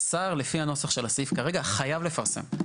השר לפי הנוסח של הסעיף כרגע חייב לפרסם.